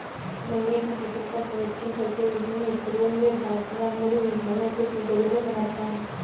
गन्ने की फसल का सर्वेक्षण करके विभिन्न स्तरों में बांटना मूल्य निर्धारण को सुविधाजनक बनाता है